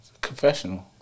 confessional